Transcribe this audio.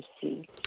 see